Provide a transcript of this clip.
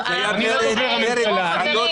--- חברים,